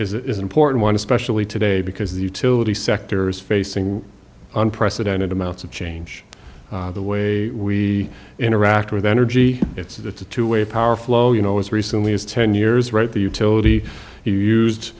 is important to specially today because the utility sector is facing unprecedented amounts of change the way we interact with energy it's a two way power flow you know as recently as ten years right the utility you use